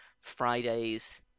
friday's